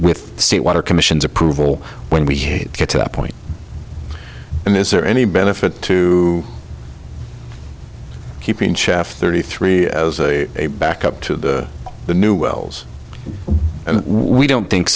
with state water commission's approval when we get to that point and is there any benefit to keeping cheff thirty three as a backup to the new wells and we don't think